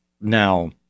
Now